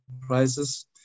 prices